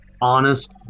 honest